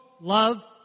love